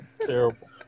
Terrible